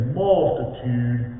multitude